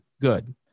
good